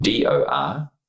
DOR